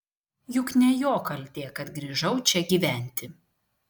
juk ne jo kaltė kad grįžau čia gyventi